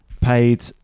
paid